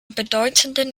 bedeutenden